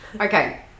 Okay